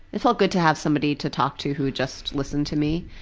it felt good to have somebody to talk to who would just listen to me.